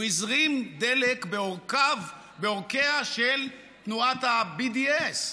הוא הזרים דלק בעורקיה של תנועת ה-BDS,